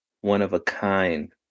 one-of-a-kind